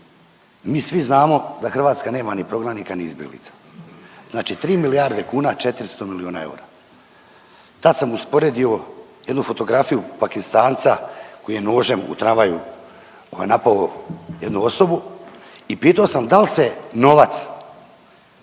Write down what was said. Mi svi znamo da Hrvatska nema ni prognanika ni izbjeglica. Znači 3 milijarde kuna, 400 milijuna eura. Tad sam usporedio jednu fotografiju pakistanca koji je nožem u tramvaju napao jednu osobu i pitao sam da li se novac